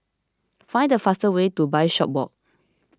find the fastest way to Bishopswalk